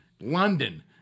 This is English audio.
London